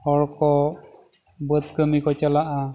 ᱦᱚᱲ ᱠᱚ ᱵᱟᱹᱫᱽ ᱠᱟᱹᱢᱤ ᱠᱚ ᱪᱟᱞᱟᱜᱼᱟ